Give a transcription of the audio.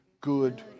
good